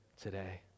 today